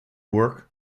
work